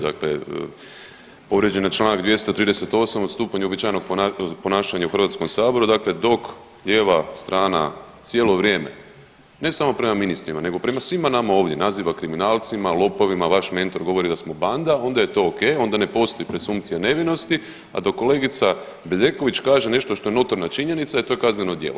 Dakle, povrijeđen je Članak 238. odstupanje od uobičajenog ponašanja u HS-u, dakle dok lijeva strana cijelo vrijeme, ne samo prema ministrima nego prema svima nama ovdje naziva kriminalcima, lopovima, vaš mentor govori da smo banda onda je to ok, onda ne postoji presumpcija nevinosti, a dok kolegica Bedeković kaže nešto što je notorna činjenica to je kazneno djelo.